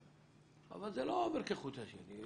אבל זה לא עובר כחוט השני.